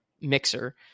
mixer